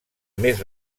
més